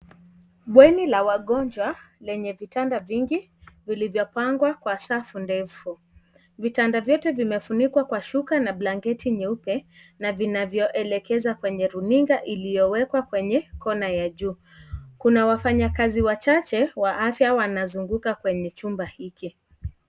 Bweni la wagonjwa lenye vitanda vingi vilivyo pangwa kwa safu ndefu. Vitanda vyote vimefunikwa kwa shuka na blanketi nyeupe na vinavyo elekeza kwenye runinga iliyo wekwa kwenye kona ya juu kuna wafanya kazi wachache wa afya wanazunguka kwenye chumba hiki.